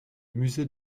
musée